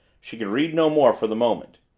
she could read no more for the moment.